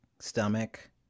stomach